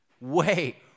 Wait